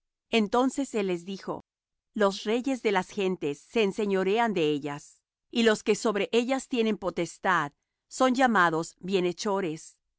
entonces él les dijo los reyes de las gentes se enseñorean de ellas y los que sobre ellas tienen potestad son llamados bienhechores